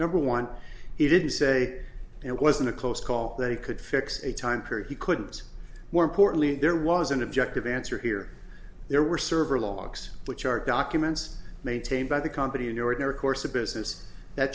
number one he didn't say it wasn't a close call they could fix a time period he couldn't more importantly there was an objective answer here there were server logs which are documents maintained by the company in your ordinary course of business that